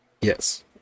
Yes